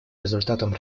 результатом